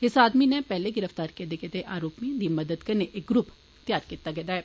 इस आदमी नै पैहले गिरफ्तार कीते गेदे आरोपिएं दी मदद कन्नै एह् ग्रुप त्यार कीते दा ऐ